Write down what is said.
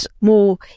more